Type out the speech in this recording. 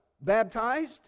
Baptized